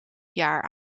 jaar